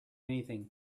anything